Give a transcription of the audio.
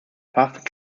puffed